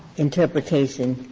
interpretation?